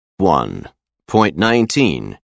1.19